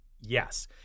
yes